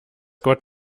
gott